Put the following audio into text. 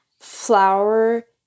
flower